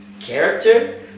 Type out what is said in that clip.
character